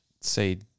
say